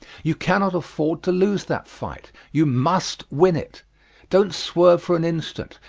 you cannot afford to lose that fight. you must win it don't swerve for an instant,